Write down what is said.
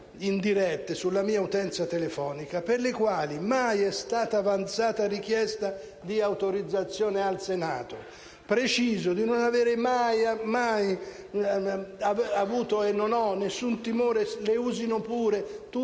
indirette sulla mia utenza telefonica per le quali mai è stata avanzata richiesta di autorizzazione al Senato. Preciso di non avere mai avuto, e non ho tutt'ora nessun timore: usino pure le